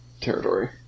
territory